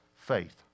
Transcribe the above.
faith